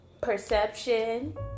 perception